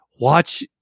watch